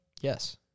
yes